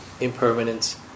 impermanence